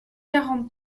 quarante